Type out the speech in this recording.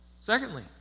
Secondly